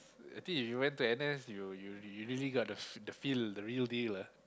I think if you went to N_S you you you really got the the feel the real deal ah